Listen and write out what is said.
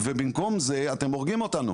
ובמקום זה אתם הורגים אותנו.